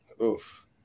Oof